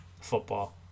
football